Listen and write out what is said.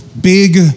big